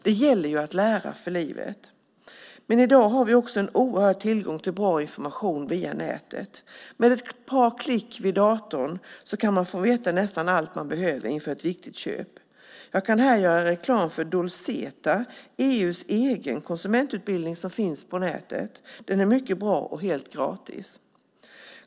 Det gäller att lära för livet. Men i dag har vi också en oerhörd tillgång till bra information via nätet. Med ett par klick vid datorn kan man få veta nästan allt man behöver inför ett viktigt köp. Jag kan här göra reklam för Dolceta, EU:s egen konsumentutbildning som finns på nätet. Den är mycket bra och helt gratis.